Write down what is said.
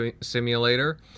Simulator